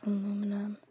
Aluminum